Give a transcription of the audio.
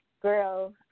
girl